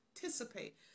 participate